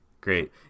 Great